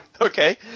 Okay